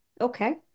Okay